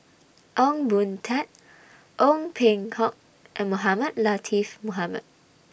Ong Boon Tat Ong Peng Hock and Mohamed Latiff Mohamed